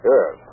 Yes